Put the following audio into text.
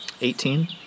Eighteen